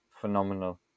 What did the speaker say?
phenomenal